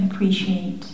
appreciate